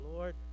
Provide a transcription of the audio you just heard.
Lord